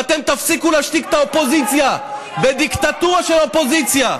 ואתם תפסיקו להשתיק את הקואליציה בדיקטטורה של אופוזיציה.